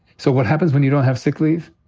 so what happens when you don't have sick leave?